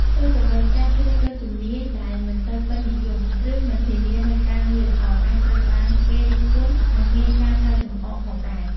ផ្ទុយទៅវិញ ការជ្រើសរើសជំនាញដែលមិនសូវពេញនិយម ឬមិនធានានូវការងារល្អ អាចត្រូវបានគេរិះគន់ និងមានការសើចំអកផងដែរ។